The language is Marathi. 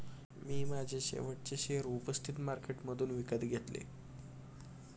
मी माझे शेवटचे शेअर उपस्थित मार्केटमधून विकत घेतले